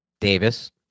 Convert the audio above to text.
Davis